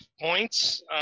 points